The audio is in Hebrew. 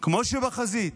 כמו שבחזית